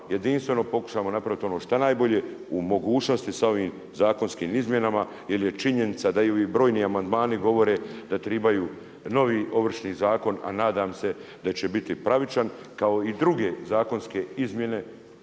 jedinstveno pokušamo napraviti ono šta najbolje u mogućnosti sa ovim zakonskim izmjenama jer je činjenica da i ovi brojni amandmani govore da trebaju novi Ovršni zakon, a nadam se da ćete biti pravičan kao i druge zakonske izmjene